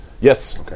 Yes